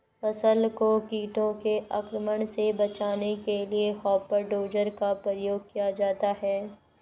फसल को कीटों के आक्रमण से बचाने के लिए हॉपर डोजर का प्रयोग किया जाता है